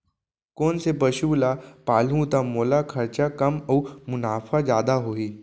कोन से पसु ला पालहूँ त मोला खरचा कम अऊ मुनाफा जादा होही?